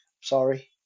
Sorry